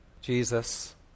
Jesus